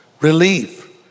relief